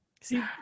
see